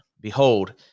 behold